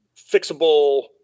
fixable